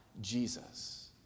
Jesus